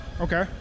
Okay